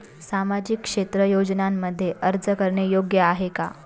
सामाजिक क्षेत्र योजनांमध्ये अर्ज करणे योग्य आहे का?